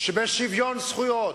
לשוויון זכויות.